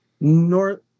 north